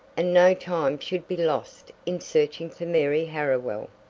and no time should be lost in searching for mary harriwell.